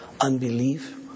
unbelief